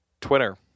Twitter